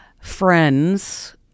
friends